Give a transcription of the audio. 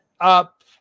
up